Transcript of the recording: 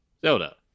Zelda